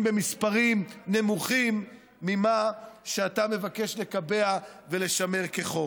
במספרים נמוכים ממה שאתה מבקש לקבע ולשמר כחוק.